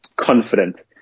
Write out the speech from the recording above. confident